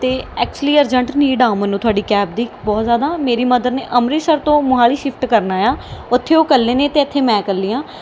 ਅਤੇ actually urgent need ਆ ਮੈਨੂੰ ਤੁਹਾਡੀ ਕੈਬ ਦੀ ਬਹੁਤ ਜ਼ਿਆਦਾ ਮੇਰੀ ਮਦਰ ਨੇ ਅੰਮ੍ਰਿਤਸਰ ਤੋਂ ਮੋਹਾਲੀ ਸ਼ਿਫਟ ਕਰਨਾ ਆ ਉੱਥੇ ਉਹ ਇਕੱਲੇ ਨੇ ਅਤੇ ਇੱਥੇ ਮੈਂ ਇਕੱਲੀ ਹਾਂ